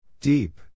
Deep